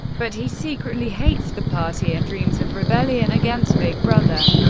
but he secretly hates the party and dreams of rebellion against big brother.